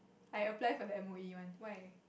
I apply for the M_O_E one why